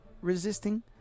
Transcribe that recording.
resisting